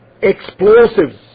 explosives